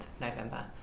November